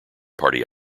party